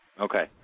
Okay